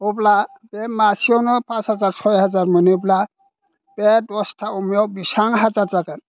अब्ला बे मासेयावनो पास हाजार सय हाजार मोनोब्ला बे दसथा अमायाव बेसां हाजार जागोन